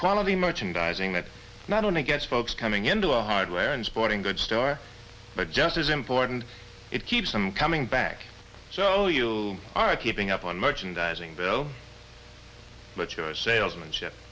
quality merchandising that not only gets folks coming into a hardware and sporting goods store but just as important it keeps them coming back so you are keeping up on merchandising bill but your salesmanship